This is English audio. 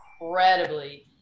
incredibly